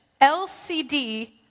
LCD